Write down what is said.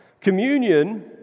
Communion